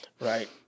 right